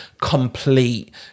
complete